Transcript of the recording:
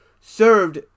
served